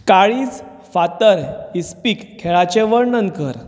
काळीज फातर इस्पीक खेळाचें वर्णन कर